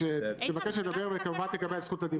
כשתבקש לדבר תקבל את זכות הדיבור.